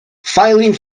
filing